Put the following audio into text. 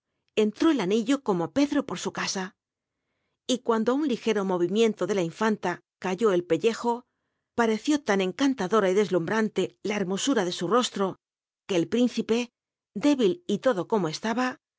cnlró el anillo como pedro por su casa y cuando á un ligero movimiento de la infanla cayti el pclltjo pareció tan encantadora y deslumbrante la lurmu jira de su ro tro que el príncipe débil y todo como e